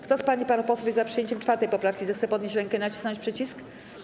Kto z pań i panów posłów jest za przyjęciem 4. poprawki, zechce podnieść rękę i nacisnąć przycisk.